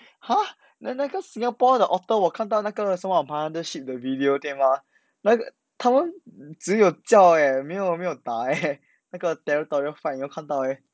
!huh! then 那个 singapore 的 otter 我看到那个什么 Mothership 的 video 对吗那个他们只有叫 eh 没有没有打 eh 那个 territorial fight 你没有看到 meh